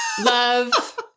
love